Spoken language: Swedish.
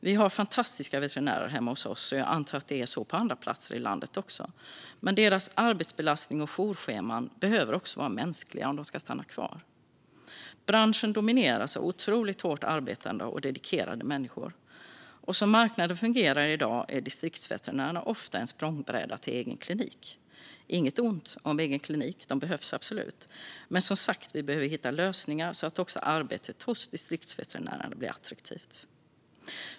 Vi har fantastiska veterinärer hemma hos oss, och jag antar att det är så på andra platser i landet också. Men deras arbetsbelastning och jourscheman behöver vara mänskliga om de ska stanna kvar. Branschen domineras av otroligt hårt arbetande och dedikerade människor. Som marknaden fungerar i dag är Distriktsveterinärerna ofta en språngbräda till en egen klinik. Inget ont om att ha en egen klinik - sådana behövs absolut. Men som sagt behöver vi hitta lösningar som gör att också arbetet hos Distriktsveterinärerna blir attraktivt.